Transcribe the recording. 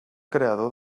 creador